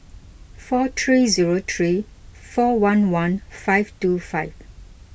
four three zero three four one one five two five